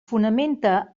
fonamenta